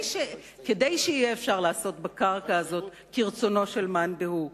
כדי שיהיה אפשר לעשות בקרקע הזאת כרצונו של מאן דהוא.